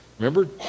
Remember